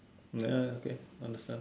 I'm like uh okay understand